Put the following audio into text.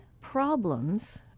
problems